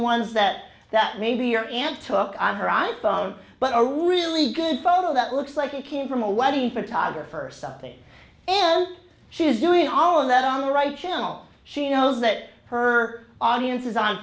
ones that that maybe your aunt took on her i phone but a really good photo that looks like it came from a wedding photographer or something and she is doing all of that on the right channel she knows that her audience is on